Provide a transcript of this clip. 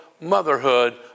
motherhood